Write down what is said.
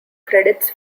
credits